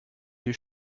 die